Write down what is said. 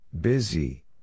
Busy